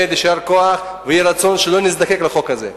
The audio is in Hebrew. יישר כוח ויהי רצון שלא נזדקק לחוק הזה.